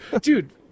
Dude